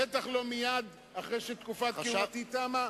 בטח לא מייד אחרי שתקופת כהונתי תמה.